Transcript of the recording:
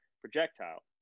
projectile